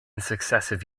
successive